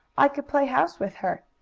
i could play house with her.